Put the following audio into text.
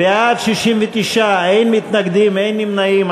בעד, 69, אין מתנגדים ואין נמנעים.